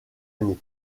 année